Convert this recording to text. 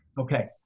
Okay